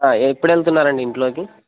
ఎప్పుడు వెళ్తున్నారండి ఇంట్లోకి